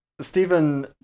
Stephen